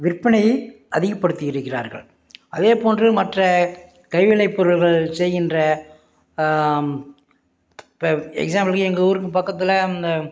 விற்பனை அதிகப்படுத்தி இருக்கிறார்கள் அதேபோன்று மற்ற கைவினை பொருள்கள் செய்கின்ற இப்போ எக்ஸாம்பிளுக்கு எங்கள் ஊருக்கும் பக்கத்தில் இந்த